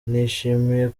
nishimiye